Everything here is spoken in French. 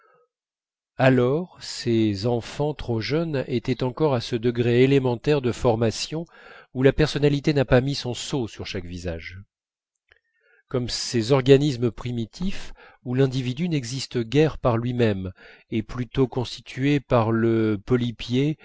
alors ces enfants trop jeunes étaient encore à ce degré élémentaire de formation où la personnalité n'a pas mis son sceau sur chaque visage comme ces organismes primitifs où l'individu n'existe guère par lui-même est plutôt constitué par le